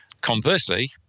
conversely